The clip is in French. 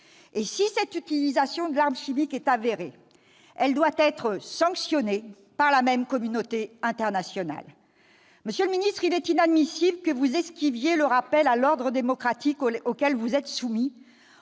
Et si cette utilisation d'armes chimiques est avérée, elle doit être sanctionnée par la même communauté internationale. Monsieur le ministre, il est inadmissible que vous esquiviez le rappel à l'ordre démocratique auquel vous êtes soumis,